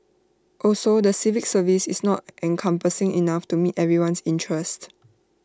also the civil service is not encompassing enough to meet everyone's interest